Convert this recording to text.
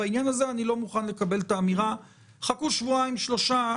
בעניין הזה אני לא מוכן לקבל את האמירה: "חכו שבועיים שלושה,